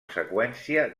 seqüència